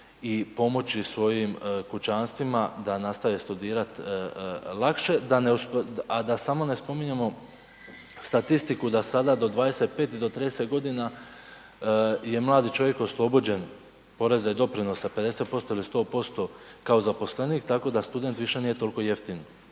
i pomoći svojim kućanstvima da nastave studirat lakše a da samo ne spominjemo statistiku da sada do 25, do 30 g. je mladi čovjek oslobođen poreza i doprinosa 50% ili 100% kao zaposlenik tako da student više nije toliko jeftin